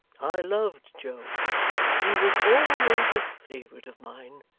i loved joe he was always a favourite of mine.